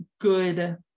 good